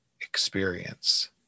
experience